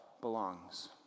belongs